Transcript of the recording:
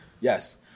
yes